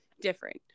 different